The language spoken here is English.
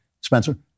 Spencer